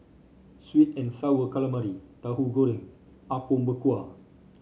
sweet and sour calamari Tahu Goreng Apom Berkuah